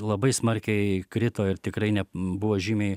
labai smarkiai krito ir tikrai ne buvo žymiai